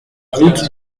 route